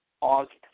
August